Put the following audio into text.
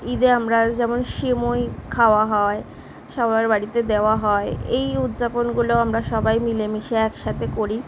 ঈদে আমরা যেমন সেমাই খাওয়া হয় সবার বাড়িতে দেওয়া হয় এই উদ্যাপনগুলো আমরা সবাই মিলেমিশে একসাথে করি